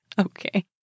Okay